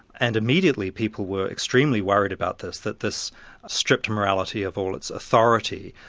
and immediately people were extremely worried about this, that this stripped morality of all its authority.